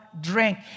drink